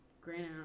Granted